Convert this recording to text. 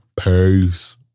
Peace